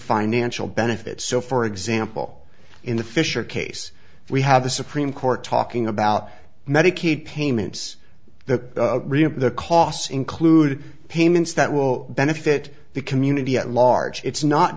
financial benefit so for example in the fisher case we have the supreme court talking about medicaid payments that the costs include payments that will benefit the community at large it's not